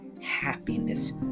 happiness